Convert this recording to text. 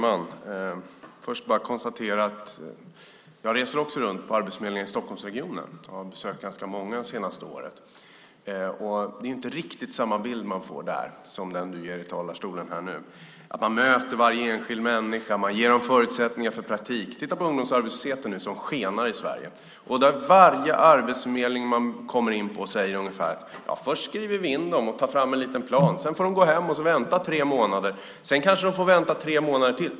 Herr talman! Jag reser också runt till arbetsförmedlingarna i Stockholmsregionen. Jag har besökt ganska många det senaste året. Man får inte riktigt samma bild där som den Sven Otto Littorin ger här i talarstolen, där man möter varje enskild människa och ger henne förutsättningar för praktik. Titta på ungdomsarbetslösheten som nu skenar i Sverige! Varje arbetsförmedling man kommer in på säger ungefär: Ja, först skriver vi in dem och tar fram en liten plan. Sedan får de gå hem och vänta tre månader. Sedan kanske de får vänta tre månader till.